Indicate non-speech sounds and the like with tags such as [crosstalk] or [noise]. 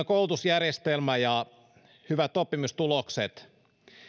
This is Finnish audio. [unintelligible] koulutusjärjestelmä ja hyvät oppimistulokset